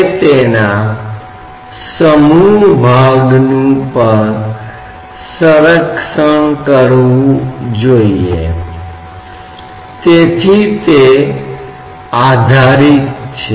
लेकिन जो द्रव तत्व सतह की गति के संदर्भ में कार्य कर रहे हैं और गैर विकृत है तो बल का कोई कतरनी घटक नहीं है